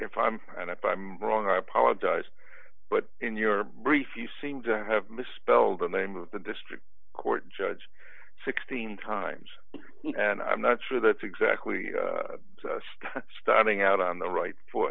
if i'm and if i'm wrong i apologize but in your brief you seem to have misspelled the name of the district court judge sixteen times and i'm not sure that's exactly starting out on the right fo